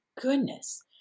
goodness